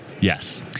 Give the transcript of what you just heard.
Yes